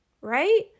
right